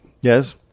Yes